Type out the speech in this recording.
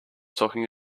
talking